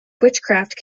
witchcraft